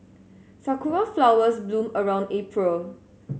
sakura flowers bloom around April